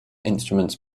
instruments